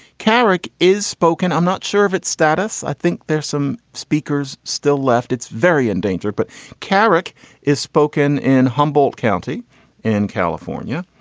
carrick is spoken. i'm not sure of its status. i think there's some speakers still left. it's very endangered. but carrick is spoken in humboldt county in california,